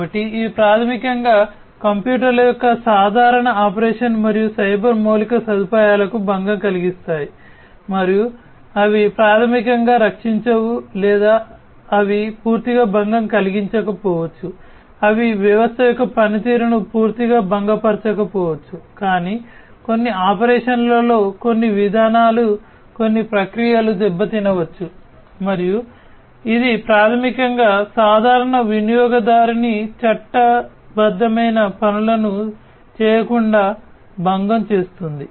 కాబట్టి ఇవి ప్రాథమికంగా కంప్యూటర్ల యొక్క సాధారణ ఆపరేషన్ మరియు సైబర్ మౌలిక సదుపాయాలకు భంగం కలిగిస్తాయి మరియు అవి ప్రాథమికంగా రక్షించవు లేదా అవి పూర్తిగా భంగం కలిగించకపోవచ్చు అవి వ్యవస్థ యొక్క పనితీరును పూర్తిగా భంగపరచకపోవచ్చు కానీ కొన్ని ఆపరేషన్లలో కొన్ని విధానాలు కొన్ని ప్రక్రియలు దెబ్బతినవచ్చు మరియు ఇది ప్రాథమికంగా సాధారణ వినియోగదారుని వారి చట్టబద్ధమైన పనులను చేయకుండా భంగం చేస్తుంది